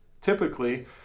typically